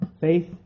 Faith